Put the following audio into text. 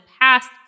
past